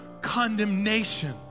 condemnation